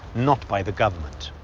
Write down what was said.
not by the government.